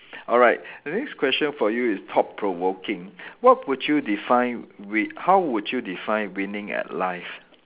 alright the next question for you is thought provoking what would you define wi~ how would you define winning at life